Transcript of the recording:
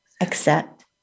accept